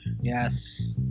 yes